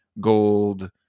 gold